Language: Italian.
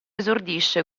esordisce